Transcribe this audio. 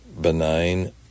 benign